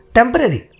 Temporary